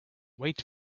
wait